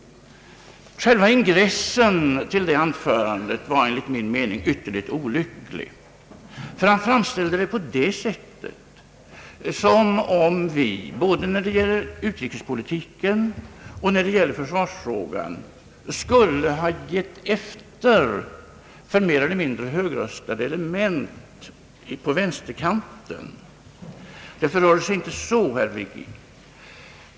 Själva ingressen till hans anförande var enligt min mening ytterligt olycklig. Han framställde nämligen situationen som om vi både när det gäller utrikespolitiken och försvarsfrågan skulle ha givit efter för mer eller mindre högröstade element på vänsterkanten. Det förhåller sig inte så, herr Virgin.